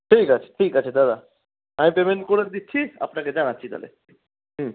ঠিক আছে ঠিক আছে দাদা আমি পেমেন্ট করে দিচ্ছি আপনাকে জানাচ্ছি তাহলে হুম